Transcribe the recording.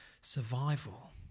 survival